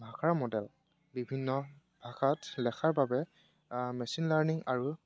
ভাষাৰ মডেল বিভিন্ন ভাষাত লেখাৰ বাবে মেচিন লাৰ্নিং আৰু